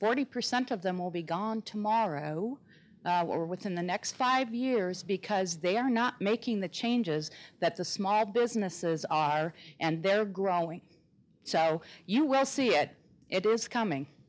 forty percent of them will be gone tomorrow or within the next five years because they are not making the changes that the small businesses are and they're growing so you will see it it was coming